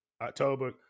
October